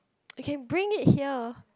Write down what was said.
you can bring it here